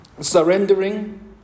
surrendering